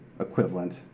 equivalent